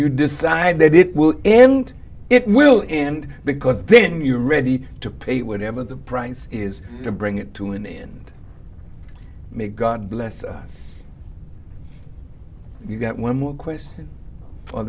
you decide that it will end it will end because then you're ready to pay whatever the price is to bring it to an end may god bless us you've got one more question